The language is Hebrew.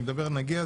אם לא נגיע,